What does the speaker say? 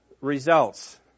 results